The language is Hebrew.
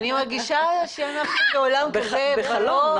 זה חלום.